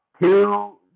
two